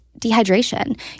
dehydration